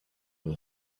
were